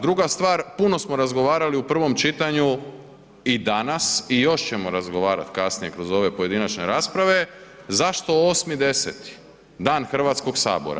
Druga stvar, puno smo razgovarali u prvom čitanju i danas i još ćemo razgovarati kasnije kroz ove pojedinačne rasprave zašto 8.10., Dan Hrvatskog sabora?